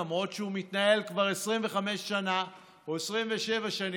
למרות שהוא מתנהל כבר 25 שנה או 27 שנים: